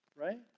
Right